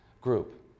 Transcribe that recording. group